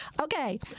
Okay